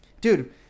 Dude